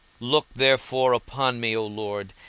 look therefore upon me, o lord,